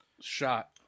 Shot